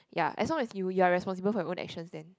ya as long as you you're responsible for your own actions then